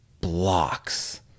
blocks